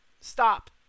stop